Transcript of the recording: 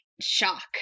shock